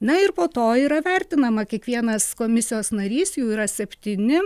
na ir po to yra vertinama kiekvienas komisijos narys jų yra septyni